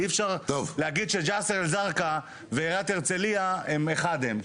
אי אפשר להגיד שג'סר אל זרקא ועיריית הרצליה אחד הם.